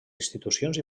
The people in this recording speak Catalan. institucions